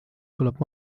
tuleb